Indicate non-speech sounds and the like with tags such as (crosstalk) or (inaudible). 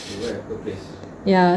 (laughs) ya